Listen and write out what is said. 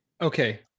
Okay